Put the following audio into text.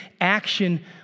action